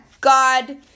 God